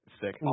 Sick